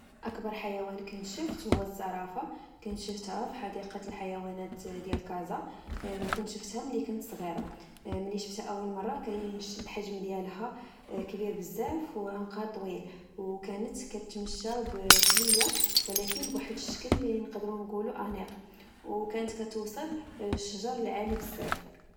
أكبر حيوان كنت شفت هو الزرافة، كنت شفتها في حديقة الحيوانات ديال كازا.وكنت شفتها ملي كنت صغيرة، ملي شفتها أول مرة الحجم ديالها كبير بزاف، وعنقها طويل. وكانت كتمشى بشوية ولكنب واحد الشكل لنقدرو نچولو أنيق، وكانت كتوصل لشجر العالي بزاف